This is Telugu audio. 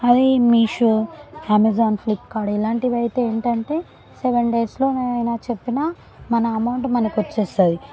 అది మీషో అమెజాన్ ఫ్లిప్కార్ట్ ఇలాంటివి అయితే ఏంటంటే సెవెన్ డేస్లో ఏమైనా చెప్పినా మన అమౌంట్ మనకు వచ్చేస్తుంది